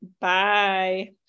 bye